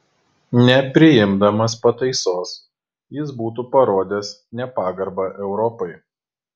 nepriimdamas pataisos jis būtų parodęs nepagarbą europai